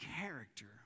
character